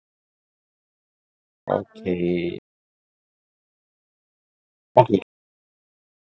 okay okay